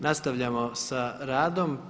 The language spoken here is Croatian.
Nastavljamo sa radom.